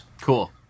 Cool